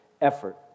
effort